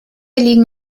liegen